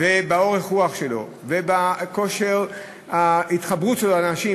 ובאורך הרוח שלו ובכושר שלו להתחבר לאנשים,